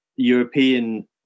European